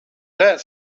that